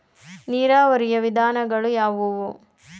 ನೀರಾವರಿಯ ವಿಧಾನಗಳು ಯಾವುವು?